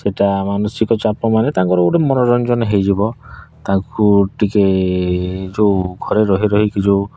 ସେଟା ମାନସିକ ଚାପ ମାନେ ତାଙ୍କର ଗୋଟେ ମନୋରଞ୍ଜନ ହୋଇଯିବ ତାଙ୍କୁ ଟିକେ ଯେଉଁ ଘରେ ରହି ରହିକି ଯେଉଁ